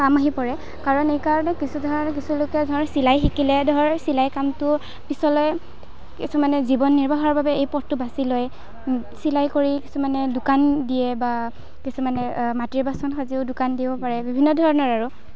কাম আহি পৰে কাৰণ এইকাৰণেই কিছুলোকে ধৰ চিলাই শিকিলে ধৰ চিলাই কামটো পিছলৈ কিছুমানে জীৱন নিৰ্বাহৰ বাবে এই পথটো বাচি লয় চিলাই কৰি কিছুমানে দোকান দিয়ে বা কিছুমানে মাটিৰ বাচন সাজিও দোকান দিব পাৰে বিভিন্ন ধৰণৰ আৰু